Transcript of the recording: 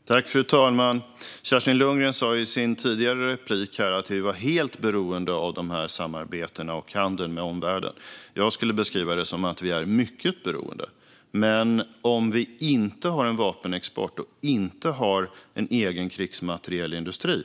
Strategisk export-kontroll 2018 - krigsmateriel och produkter med dubbla användningsområden Fru talman! Kerstin Lundgren sa i sin tidigare replik att vi var helt beroende av dessa samarbeten och handeln med omvärlden. Jag skulle beskriva det som att vi är mycket beroende. Men om vi inte skulle ha en vapenexport och inte skulle ha en egen krigsmaterielindustri